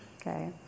okay